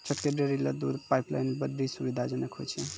छोटो डेयरी ल दूध पाइपलाइन बड्डी सुविधाजनक होय छै